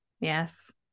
yes